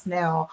now